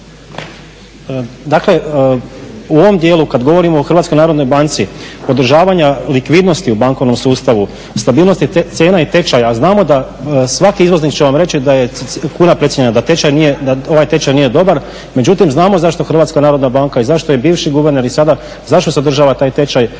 Dakle u ovom dijelu kad govorimo o HNB-u održavanja likvidnosti u bankovnom sustavu, stabilnosti cijena i tečaja, a znamo da svaki izvoznik će vam reći da je kuna precijenjena, da ovaj tečaj nije dobar. Međutim, zašto HNB i zašto je bivši guverner i sada, zašto se održava taj tečaj